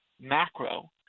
macro